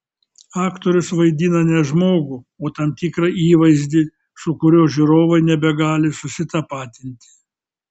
aktorius vaidina ne žmogų o tam tikrą įvaizdį su kuriuo žiūrovai nebegali susitapatinti